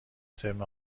ترم